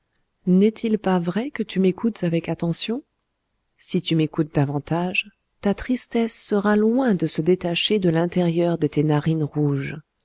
n'est-il pas vrai que tu m'écoutes avec attention si tu m'écoutes davantage ta tristesse sera loin de se détacher de l'intérieur de tes narines rouges